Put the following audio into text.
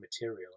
material